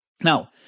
Now